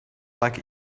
like